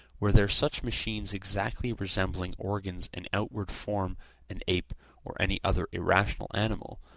were there such machines exactly resembling organs and outward form an ape or any other irrational animal,